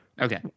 Okay